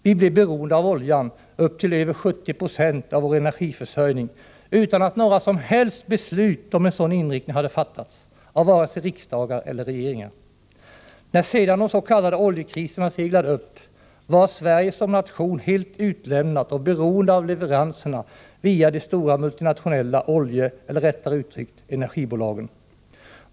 Vi blev beroende av oljan — upp till över 70 96 av vår energiförsörjning — utan att några som helst beslut i denna riktning hade fattats av vare sig riksdagar eller regeringar. När sedan de s.k. oljekriserna seglade upp var Sverige som nation helt utlämnat och beroende av leveranserna via de stora multinationella oljeeller, rättare uttryckt, energibolagen.